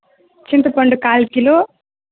చింతపండు కాల్ కిలో